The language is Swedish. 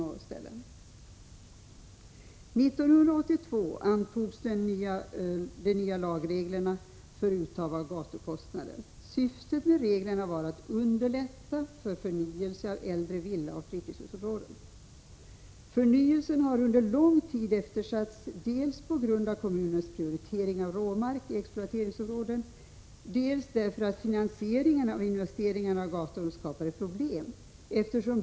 1982 antogs de nya lagreglerna för uttag av gatukostnader. Syftet med reglerna var att underlätta förnyelse i äldre villaoch fritidshusområden. Förnyelsen har eftersatts under lång tid, dels på grund av kommunernas prioritering av råmark i exploateringsområden, dels därför att finansiering och investering när det gäller gator skapade problem.